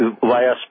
via